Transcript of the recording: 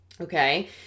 Okay